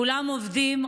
כולם עובדים,